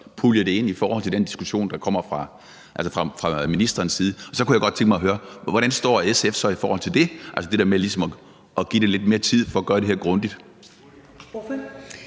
pulje det sammen med den diskussion, der bliver sat i gang fra ministerens side. Så kunne jeg godt tænke mig at høre: Hvordan står SF så i forhold til ligesom at give det lidt mere tid for at gøre det her grundigt?